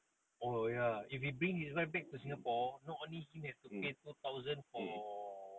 mmhmm